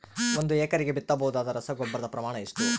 ಒಂದು ಎಕರೆಗೆ ಬಿತ್ತಬಹುದಾದ ರಸಗೊಬ್ಬರದ ಪ್ರಮಾಣ ಎಷ್ಟು?